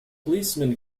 policemen